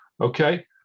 Okay